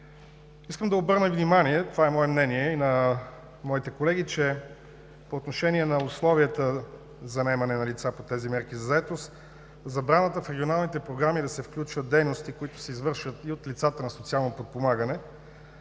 Искам да обърна внимание, това е мое мнение и на моите колеги, че по отношение на условията за наемане на лица по тези мерки за заетост, забраната в регионалните програми да се включват дейности, които се извършват и от лицата на социално подпомагане